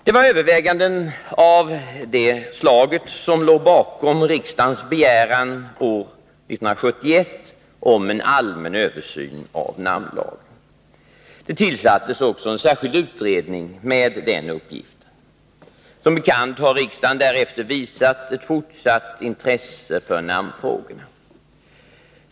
Det var överväganden av det slaget som låg bakom riksdagens begäran år 1971 om en allmän översyn av namnlagen. Det tillsattes också en särskild utredning med denna uppgift. Som bekant har riksdagen därefter visat fortsatt intresse för namnfrågorna.